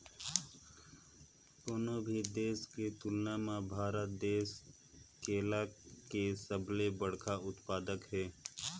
कोनो भी देश के तुलना म भारत देश केला के सबले बड़खा उत्पादक हे